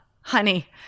honey